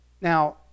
Now